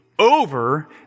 Over